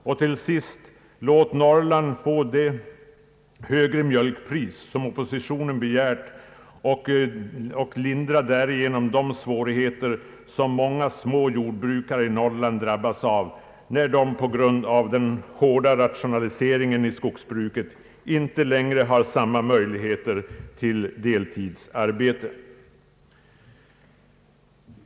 Låt också skogslänen få det högre mjölkpris som oppositionen begärt och lindra därigenom de svårigheter som många små jordbrukare i dessa län drabbas av, när de på grund av den hårda rationaliseringen i skogsbruket inte längre har samma möjligheter till deltidsarbete!